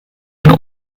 den